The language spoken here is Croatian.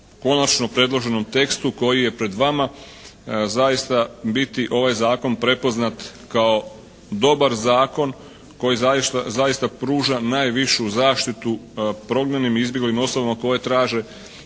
konačno predloženom tekstu koji je pred vama zaista biti ovaj Zakon prepoznat kao dobar zakon koji zaista pruža najvišu zaštitu prognanim i izbjeglim osobama koje traže